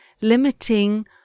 limiting